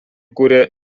kuria